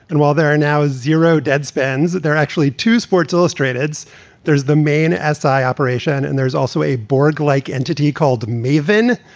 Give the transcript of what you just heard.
and while there are now zero, deadspin's there actually two sports illustrated's there's the main assai operation. and there's also a borg like entity called maven.